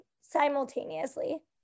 simultaneously